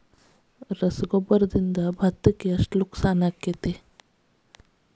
ರಸಗೊಬ್ಬರ, ಭತ್ತಕ್ಕ ಎಷ್ಟ ತೊಂದರೆ ಆಕ್ಕೆತಿ?